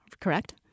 correct